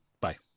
Bye